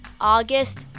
August